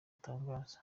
atangaza